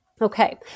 Okay